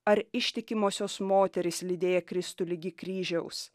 ar ištikimosios moterys lydėję kristų ligi kryžiaus